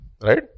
Right